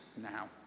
now